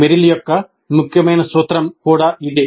Merrill యొక్క ముఖ్యమైన సూత్రం కూడా ఇదే